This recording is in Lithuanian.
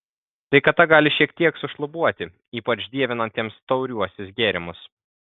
sveikata gali šiek tiek sušlubuoti ypač dievinantiems tauriuosius gėrimus